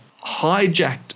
hijacked